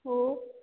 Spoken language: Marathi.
हो